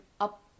up